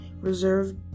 reserved